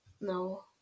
No